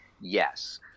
Yes